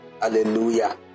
Hallelujah